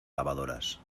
lavadoras